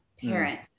Parents